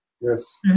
Yes